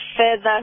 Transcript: further